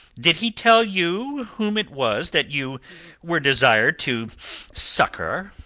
did he tell you whom it was that you were desired to succour?